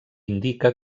indica